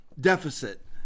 deficit